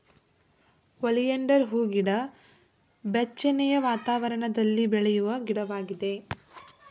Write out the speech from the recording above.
oleander ಹೂಗಿಡ ಬೆಚ್ಚನೆಯ ವಾತಾವರಣದಲ್ಲಿ ಬೆಳೆಯುವ ಗಿಡವಾಗಿದೆ